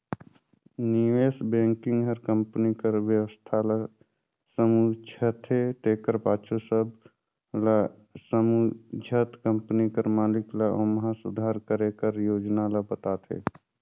निवेस बेंकिग हर कंपनी कर बेवस्था ल समुझथे तेकर पाछू सब ल समुझत कंपनी कर मालिक ल ओम्हां सुधार करे कर योजना ल बताथे